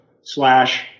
slash